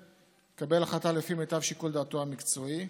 יקבל החלטה לפי מיטב שיקול דעתו המקצועי.